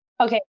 Okay